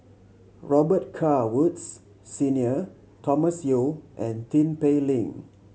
Robet Carr Woods Senior Thomas Yeo and Tin Pei Ling